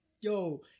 yo